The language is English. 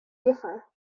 differ